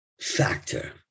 factor